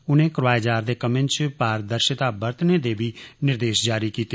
उनें करोआए जा रदे कम्में च पारदर्शिता बरतने दे बी निर्देश जारी कीते